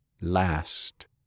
last